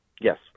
Yes